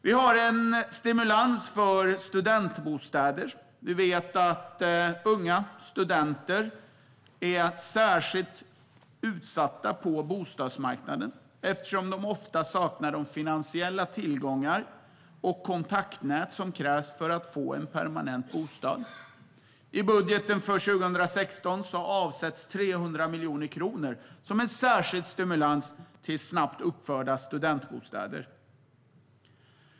Vi har en stimulans för studentbostäder. Vi vet att unga studenter är särskilt utsatta på bostadsmarknaden eftersom de ofta saknar de finansiella tillgångar och kontaktnät som krävs för att få en permanent bostad. I budgeten för 2016 avsätts 300 miljoner kronor som särskild stimulans till snabbt uppförda studentbostäder.